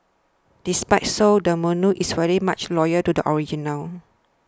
despite so the menu is very much loyal to the original